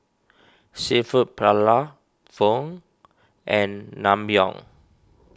Seafood Paella Pho and Naengmyeon